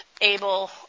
able